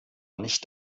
nicht